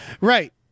right